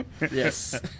Yes